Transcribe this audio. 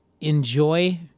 enjoy